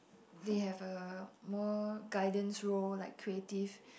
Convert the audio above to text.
they have a more guidance role like creative